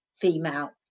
female